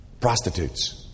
prostitutes